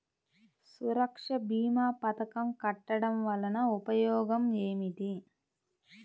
సురక్ష భీమా పథకం కట్టడం వలన ఉపయోగం ఏమిటి?